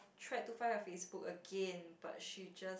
tried her Facebook again but she just